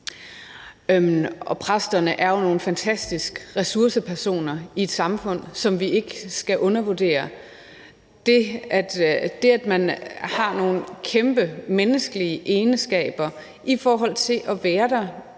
Præsterne er jo nogle fantastiske ressourcepersoner i samfundet, som vi ikke skal undervurdere – det, at man har nogle store menneskelige egenskaber i forhold til at være der